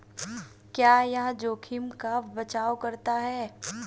क्या यह जोखिम का बचाओ करता है?